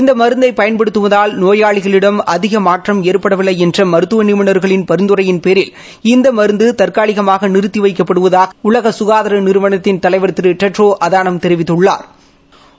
இந்த மருந்தை பயன்படுத்துவதால் நோயாளிகளிடம் அதிக மாற்றம் ஏற்படவில்லை என்ற மருத்துவ நிபுணர்களின் பரிந்துரையின் பேரில் இந்த மருந்து தற்காலிகமாக நிறுத்தி வைக்கப்படுவதாக உலக க்காதார நிறுவனத்தின் தலைவா் திரு டெட்ரோ அதானம் தெரிவித்துள்ளாா்